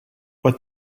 but